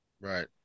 Right